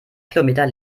kilometer